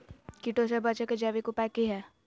कीटों से बचे के जैविक उपाय की हैय?